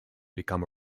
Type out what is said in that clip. become